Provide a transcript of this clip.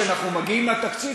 כשאנחנו מגיעים לתקציב,